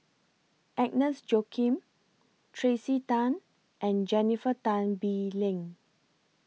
Agnes Joaquim Tracey Tan and Jennifer Tan Bee Leng